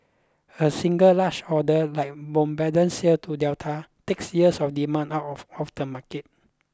a single large order like Bombardier's sale to Delta takes years of demand out of of the market